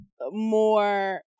more